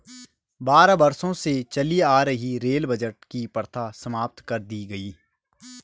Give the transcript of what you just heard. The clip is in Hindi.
बारह वर्षों से चली आ रही रेल बजट की प्रथा समाप्त कर दी गयी